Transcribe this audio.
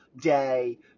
day